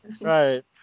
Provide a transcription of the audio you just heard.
Right